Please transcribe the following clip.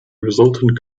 resultant